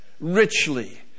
Richly